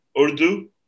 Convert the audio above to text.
Urdu